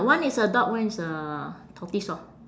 one is a dog one is a tortoise orh